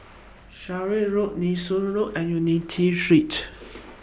Sarkies Road Nee Soon Road and Unity Street